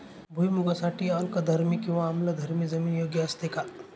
भुईमूगासाठी अल्कधर्मी किंवा आम्लधर्मी जमीन योग्य असते का?